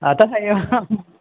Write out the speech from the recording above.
अतः एव